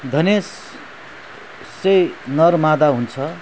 धनेस से नर मादा हुन्छ